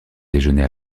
déjeuner